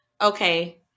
Okay